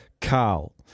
Carl